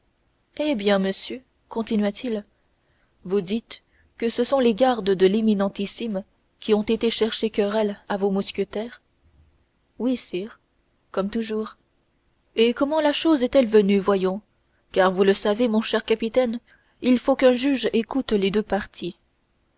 eh bien monsieur continua-t-il vous dites que ce sont les gardes de l'éminentissime qui ont été chercher querelle à vos mousquetaires oui sire comme toujours et comment la chose est-elle venue voyons car vous le savez mon cher capitaine il faut qu'un juge écoute les deux parties